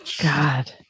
god